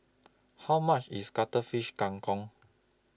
How much IS Cuttlefish Kang Kong